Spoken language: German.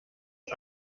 und